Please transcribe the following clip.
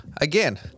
again